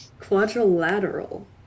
Quadrilateral